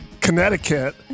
Connecticut